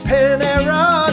Panera